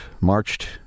marched